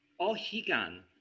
ohigan